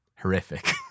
Horrific